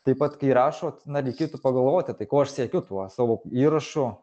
taip pat kai rašot na reikėtų pagalvoti tai ko aš siekiu tuo savo įrašu